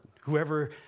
Whoever